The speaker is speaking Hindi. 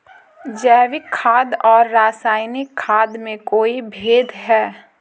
जैविक खाद और रासायनिक खाद में कोई भेद है?